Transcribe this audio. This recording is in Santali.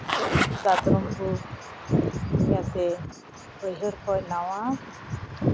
ᱫᱟᱛᱨᱚᱢ ᱠᱚ ᱱᱤᱭᱟᱹᱛᱮ ᱵᱟᱹᱭᱦᱟᱹᱲ ᱠᱷᱚᱱ ᱱᱟᱣᱟ